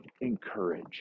encourage